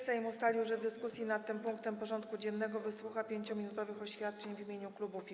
Sejm ustalił, że w dyskusji nad tym punktem porządku dziennego wysłucha 5-minutowych oświadczeń w imieniu klubów i kół.